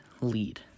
lead